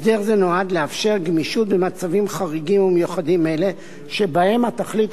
הסדר זה נועד לאפשר גמישות במצבים חריגים ומיוחדים אלה שבהם התכלית